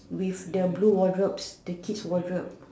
with the blue wardrobes the kids wardrobe